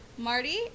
marty